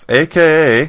aka